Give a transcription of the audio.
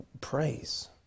praise